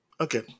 Okay